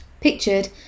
Pictured